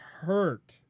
hurt